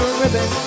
ribbon